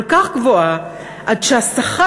כל כך גבוהה, עד שהשכר,